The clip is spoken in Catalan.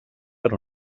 per